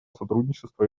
сотрудничества